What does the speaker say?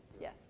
Yes